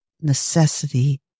necessity